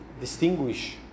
distinguish